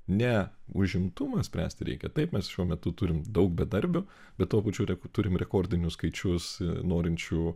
ne užimtumą spręsti reikia taip mes šiuo metu turim daug bedarbių bet tuo pačiu rek turim rekordinius skaičius norinčių